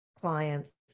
clients